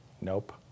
Nope